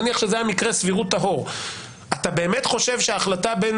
נניח שזה היה מקרה סבירות טהור אתה באמת חושב שההחלטה בין